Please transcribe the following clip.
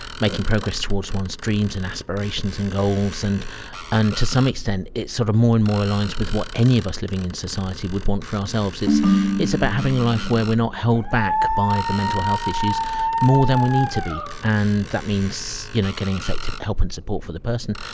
making progress towards one's dreams and aspirations and goals, and and to some extent it sort of more and more aligns with what any of us living in society would want for ourselves. it's it's about having a life where we are not held back by the mental health issues more than we need to be, and that means you know getting effective help and support for the person,